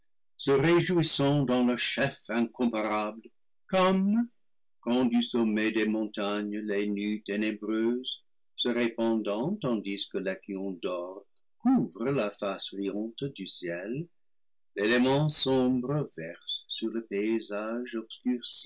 se réjouissant dans leur chef incomparable comme quand du sommet des montagnes les nues ténébreuses se répandant tandis que l'aquilon dort couvrent la face riante du ciel l'élément sombre verse sur le paysage